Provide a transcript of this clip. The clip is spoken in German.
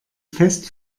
fest